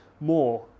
more